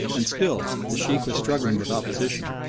and still the sheikh was struggling with opposition,